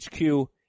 HQ